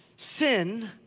Sin